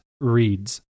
reads